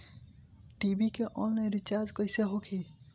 TV के online recharge कैसे होखी?